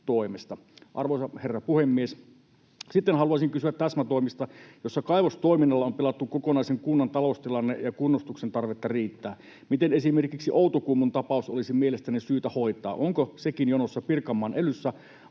Arvoisa herra puhemies! Sitten haluaisin kysyä täsmätoimista, joissa kaivostoiminnalla on pilattu kokonaisen kunnan taloustilanne, ja kunnostuksen tarvetta riittää. Miten esimerkiksi Outokummun tapaus olisi mielestänne syytä hoitaa? Onko sekin jonossa Pirkanmaan elyssä,